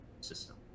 system